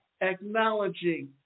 acknowledging